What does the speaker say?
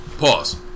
Pause